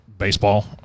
Baseball